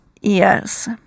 Yes